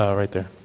ah right there.